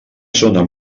zona